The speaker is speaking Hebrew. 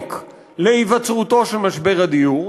העומק להיווצרות משבר הדיור,